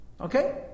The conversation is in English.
Okay